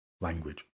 language